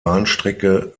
bahnstrecke